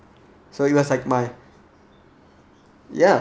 so he was like my ya